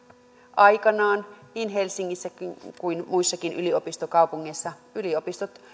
aikanaan niin helsingissäkin kuin muissakin yliopistokaupungeissa yliopistot